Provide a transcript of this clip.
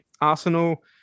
Arsenal